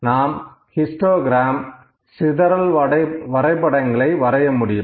நாம் ஹிஸ்டோகிரம் சிதறல் வரைபடங்களை வரைய முடியும்